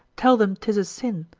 tell them tis a sin,